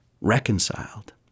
reconciled